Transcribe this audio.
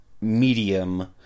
medium